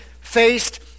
faced